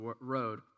road